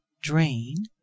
drain